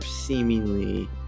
seemingly